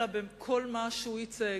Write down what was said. אלא של כל מה שהוא ייצג,